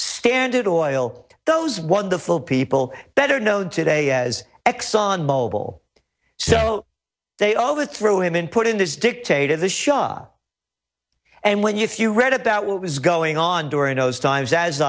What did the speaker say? standard oil those wonderful people better known today as exxon mobil so they always threw him and put in this dictator the shah and when you few read about what was going on during those times as